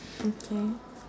okay